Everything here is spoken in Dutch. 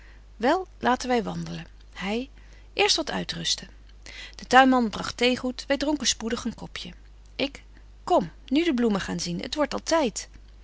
wel laten wy wandelen hy eerst wat uitrusten de tuinman bragt theegoed wy dronken spoedig een kopje ik kom nu de bloemen gaan zien het wordt al tyd